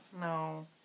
No